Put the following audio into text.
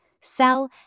sell